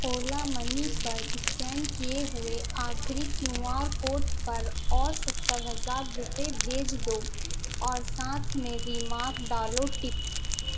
اولا money پر scan کیے ہوئے آخری کیو آر کوڈ پر اور ستر ہزار روپے بھیج دو اور ساتھ میں ریمارک ڈالو ٹپ